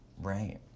Right